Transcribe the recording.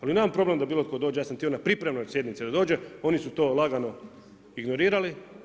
Ali, ja nemam problem da bilo tko dođe, ja sam htio na pripremnoj sjednici da dođe, oni su to lagano ignorirali.